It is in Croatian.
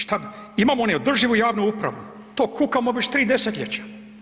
Što, imamo neodrživu javnu upravu, to kukamo već 3 desetljeća.